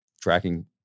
tracking